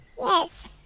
Yes